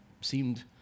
seemed